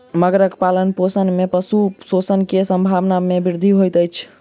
मगरक पालनपोषण में पशु शोषण के संभावना में वृद्धि होइत अछि